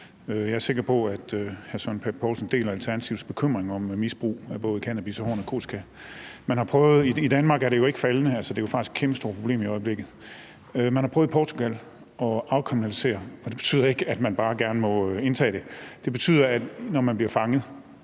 Jeg er sikker på, at hr. Søren Pape Poulsen deler Alternativets bekymring om misbrug af både cannabis og hård narkotika. I Danmark er forbruget jo ikke faldende, det er faktisk et kæmpestort problem i øjeblikket. I Portugal har man prøvet at afkriminalisere det, og det betyder ikke, at man bare gerne må indtage det. Det betyder, at når man bliver fanget,